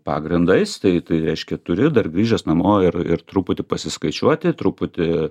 pagrindais tai tai reiškia turi dar grįžęs namo ir ir truputį pasiskaičiuoti truputį